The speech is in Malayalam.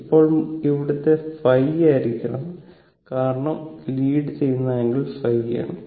അപ്പോൾ ഇവിടുത്തെ ϕ ആയിരിക്കണം കാരണം ലീഡ് ചെയ്യുന്ന ആംഗിൾ ϕ ആണ്